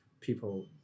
people